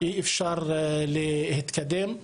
אי-אפשר להתקדם.